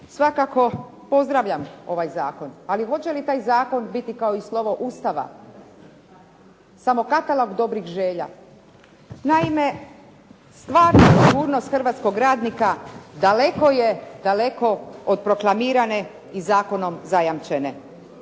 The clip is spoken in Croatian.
Svakako pozdravljam ovaj zakon, ali hoće li taj zakon biti kao i slovo Ustava samo katalog dobrih želja? Naime, stvarna sigurnost hrvatskog radnika daleko je, daleko od proklamirane i zakonom zajamčene,